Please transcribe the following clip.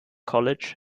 college